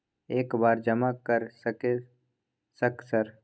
एक बार जमा कर सके सक सर?